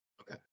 Okay